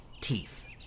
teeth